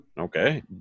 okay